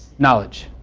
knowledge.